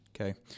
Okay